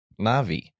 Navi